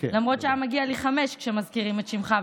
למרות שמגיעות חמש כשמזכירים את שמך,